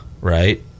right